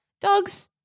Dogs